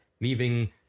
leaving